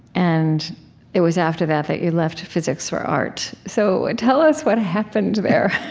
and it was after that that you left physics for art. so tell us what happened there.